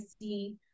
see